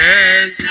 Yes